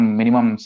minimum